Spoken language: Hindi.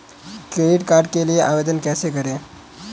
क्रेडिट कार्ड के लिए आवेदन कैसे करें?